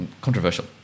Controversial